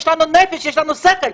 יש לנו נפש ויש לנו שכל,